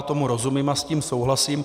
Tomu rozumím a s tím souhlasím.